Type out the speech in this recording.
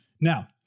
now